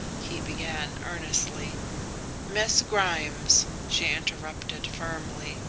he began earnestly miss grimes! she interrupted firmly.